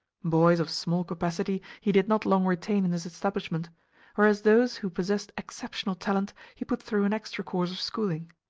boys of small capacity he did not long retain in his establishment whereas those who possessed exceptional talent he put through an extra course of schooling.